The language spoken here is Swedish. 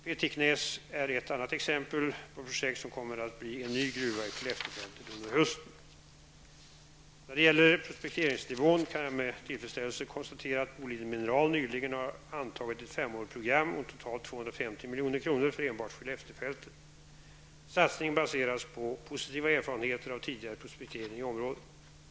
Petiknäs är ett annat exempel på projekt som kommer att bli en ny gruva i När det gäller prospekteringsnivån kan jag med tillfredsställelse konstatera att Boliden Mineral nyligen har antagit ett femårigt program om totalt 250 milj.kr. för enbart Skelleftefältet. Satsningen baseras på positiva erfarenheter av tidigare prospektering i området.